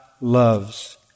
loves